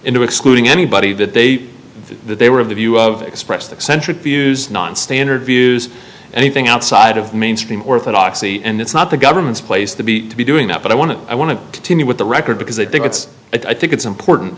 into excluding anybody that they that they were of the view of expressed eccentric views nonstandard views anything outside of mainstream orthodoxy and it's not the government's place to be to be doing that but i want to i want to continue with the record because i think it's i think it's important